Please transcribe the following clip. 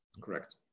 Correct